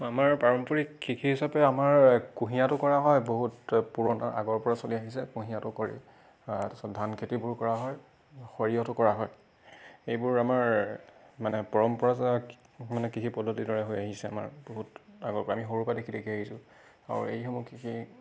আমাৰ পাৰম্পৰিক কৃষি হিচাপে আমাৰ কুঁহিয়াৰটো কৰা হয় বহুত পুৰণা আগৰ পৰা চলি আহিছে কুঁহিয়াৰটো কৰি তাৰপিছত ধান খেতিবোৰ কৰা হয় সৰিয়ঁহটো কৰা হয় এইবোৰ আমাৰ মানে পৰম্পৰাজ মানে কৃষি পদ্ধতিৰ দৰে হৈ আহিছে আমাৰ বহুত আগৰ আমি সৰুৰ পৰা দেখি দেখি আহিছোঁ আৰু এইসমূহ কৃষি